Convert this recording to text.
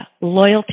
loyalty